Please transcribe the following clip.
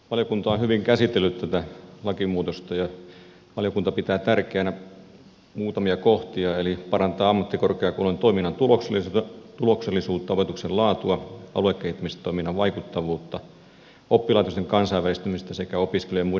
valiokunta on hyvin käsitellyt tätä lakimuutosta ja valiokunta pitää tärkeänä muutamia kohtia eli parantaa ammattikorkeakoulujen toiminnan tuloksellisuutta opetuksen laatua aluekehittämistoiminnan vaikuttavuutta oppilaitosten kansainvälistymistä sekä opiskelija ja muiden palveluiden tasoa